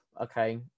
okay